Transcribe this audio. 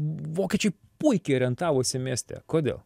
vokiečiai puikiai orientavosi mieste kodėl